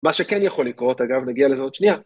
מה שכן יכול לקרות, אגב, נגיע לזה עוד שנייה.